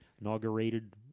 inaugurated